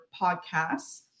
podcasts